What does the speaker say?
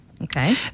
Okay